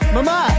Mama